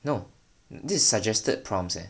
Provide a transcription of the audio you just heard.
no this suggested prompts eh